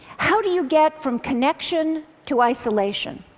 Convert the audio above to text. how do you get from connection to isolation?